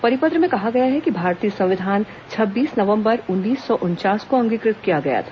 परिपत्र में कहा गया है कि भारतीय संविधान छब्बीस नवम्बर उन्नीस सौ उनचास को अंगीकृत किया गया था